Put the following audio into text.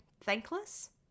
thankless